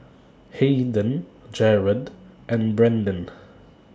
Hayden Jerrod and Brendan